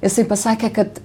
jisai pasakė kad